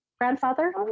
Grandfather